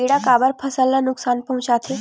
किड़ा काबर फसल ल नुकसान पहुचाथे?